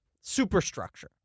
superstructure